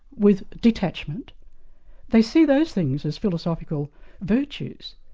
with detachment they see those things as philosophical virtues.